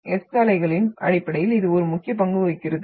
S அலைகளின் அடிப்படையில் இது ஒரு முக்கிய பங்கு வகிக்கிறது